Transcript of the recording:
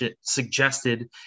suggested